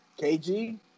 KG